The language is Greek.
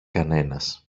κανένας